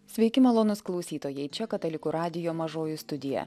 sveiki malonūs klausytojai čia katalikų radijo mažoji studija